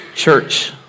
Church